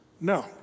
No